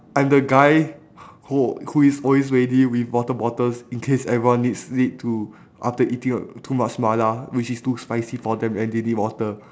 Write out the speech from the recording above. I'm the guy who who is always ready with water bottles in case everyone needs need to after eating uh too much mala which is too spicy for them and they need water